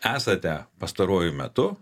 esate pastaruoju metu